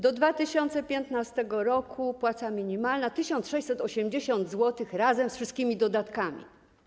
Do 2015 r. płaca minimalna - 1680 zł razem z wszystkimi dodatkami.